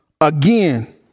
Again